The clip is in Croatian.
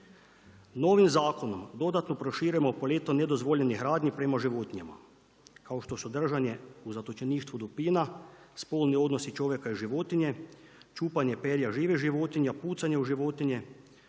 Novim zakonom dodatno proširujemo paletu nedozvoljenih radnji prema životinjama, kao što su držanje u zatočeništvu dupina, spolni odnosi čovjeka i životinje, čupanje perja žive životinje, pucanje u životinju,